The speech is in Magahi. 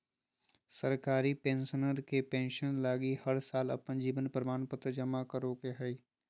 सरकारी पेंशनर के पेंसन लगी हर साल अपन जीवन प्रमाण पत्र जमा करो हइ